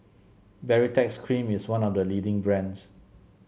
Baritex Cream is one of the leading brands